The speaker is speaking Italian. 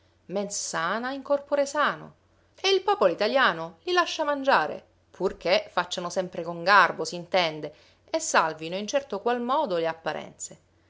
sana in corpore sano e il popolo italiano li lascia mangiare purché facciano sempre con garbo s'intende e salvino in certo qual modo le apparenze